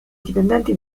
dipendenti